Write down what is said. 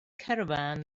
caravan